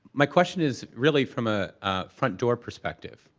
my question is really from a front door perspective,